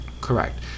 Correct